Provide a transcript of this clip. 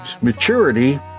maturity